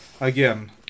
Again